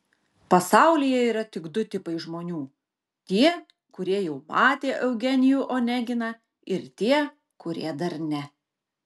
pasaulyje yra tik du tipai žmonių tie kurie jau matė eugenijų oneginą ir tie kurie dar ne